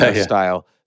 style